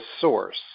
source